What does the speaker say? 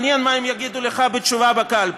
מעניין מה הם יגידו לך בתשובה בקלפי.